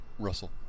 Russell